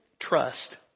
trust